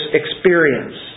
experience